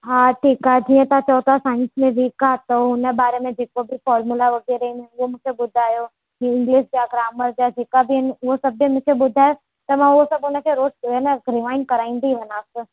हा ठीकु हा जीअं तव्हां चओ था साइंस में वीक आहे त हुन बारे में जेको बि फॉर्मुला वग़ैरह इन हुओ मूंखे ॿुधायो इंग्लिश जा ग्रामर जा जेका बि आहिनि उहा सभ बि मूंखे ॿुधायो त मां उहो सब हुनखे रोज़ भेण रिवाइंड कराईंदी वञासि